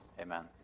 Amen